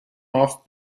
off